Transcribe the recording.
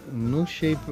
nu šiaip